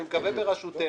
אני מקווה בראשותנו,